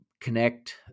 connect